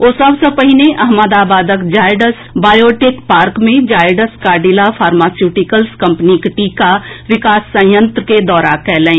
ओ सभ सँ पहिने अहमदाबादक जायडस बायोटेक पार्क मे जायडस काडिला फार्मास्यूटिकल्स कंपनीक टीका विकास संयंत्र के दौरा कयलनि